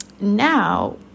now